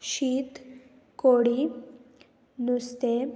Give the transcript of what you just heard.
शीत कोडी नुस्तें